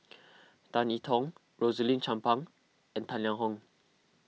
Tan I Tong Rosaline Chan Pang and Tang Liang Hong